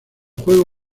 juego